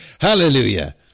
Hallelujah